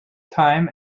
time